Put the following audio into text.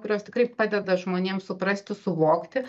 kurios tikrai padeda žmonėm suprasti suvokti